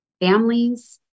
families